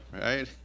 right